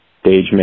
stage